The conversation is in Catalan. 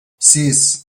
sis